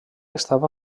estava